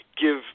give